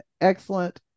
excellent